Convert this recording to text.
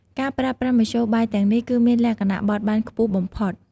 ការប្រើប្រាស់មធ្យោបាយទាំងនេះ គឺមានលក្ខណៈបត់បែនខ្ពស់បំផុត។